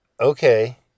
okay